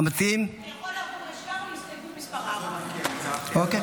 אתה יכול לעבור ישר להסתייגות מס' 4. אוקי.